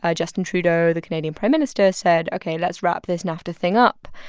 ah justin trudeau, the canadian prime minister, said, ok, let's wrap this nafta thing up.